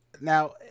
now